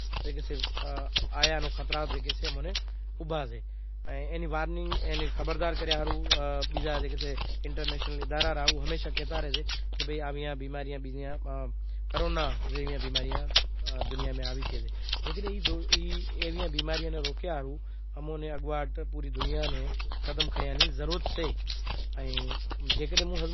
ایوی پراسرار بیماریاں ناں بیزے دفعا آیا ناں خطرا اوبھا سیں، اینی وارننگ جاں خبردار کریاں ہاروں انٹرنیشنل ادارا کہی ریا، جیکڈینہں ایوی بیماریوں ناں روکنڑ ہاروں دنیا نیں کوشش کرنووی پڑشے۔